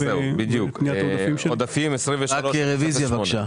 פנייה מס' 23-008, עודפים: משרד הרווחה.